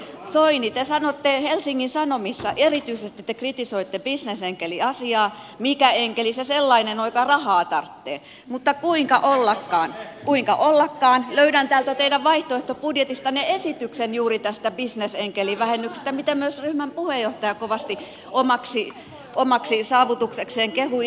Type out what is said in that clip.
soini te sanotte helsingin sanomissa näin erityisesti te kritisoitte bisnesenkeliasiaa että mikä enkeli se sellainen on joka rahaa tarvitsee mutta kuinka ollakaan löydän täältä teidän vaihtoehtobudjetistanne esityksen juuri tästä bisnesenkelivähennyksestä jota myös ryhmän puheenjohtaja kovasti omaksi saavutuksekseen kehui